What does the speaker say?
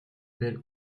belle